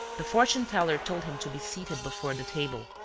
the fortune-teller told him to be seated before the table,